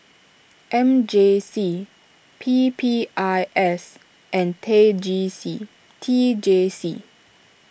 M J C P P I S and tag G C T J C